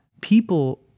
people